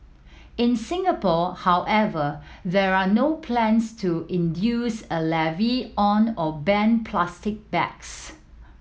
in Singapore however there are no plans to induce a levy on or ban plastic bags